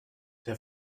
der